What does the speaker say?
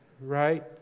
right